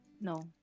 no